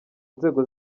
nzego